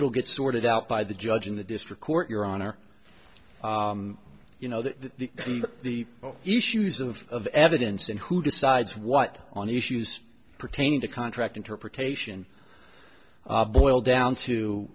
will get sorted out by the judge in the district court your honor you know that the issues of of evidence and who decides what on issues pertaining to contract interpretation boil down to